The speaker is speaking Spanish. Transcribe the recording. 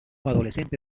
adolescente